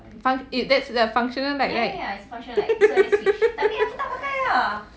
fun~ eh that's the functional light right